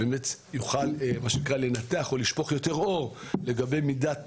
שיוכל לנתח או לשפוך יותר אור לגבי מידת תרומתה,